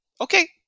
okay